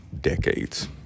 decades